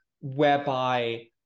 whereby